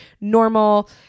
normal